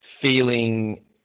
feeling